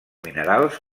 minerals